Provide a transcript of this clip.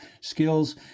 skills